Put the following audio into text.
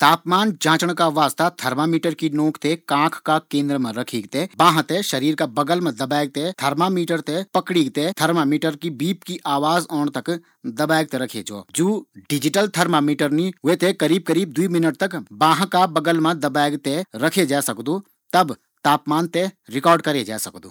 तापमान जाँचणा का वास्ता थर्मामीटर की नोक थें कांख केंद्र मा रखीक थें बांह थें शरीर का बगल मा दबेक थें थर्मामीटर थें पकड़ीक थें थर्मामीटर की बीप की आवाज औण तक दबेक थें रखै जौ। जू डिजिटल थर्ममीटर नी वी थें करीब करीब दुइ मिनट तक बांह का बगल मा दबेक थें रखै जै सकदू। तब तापमान थें रिकॉर्ड करै जै सकदू।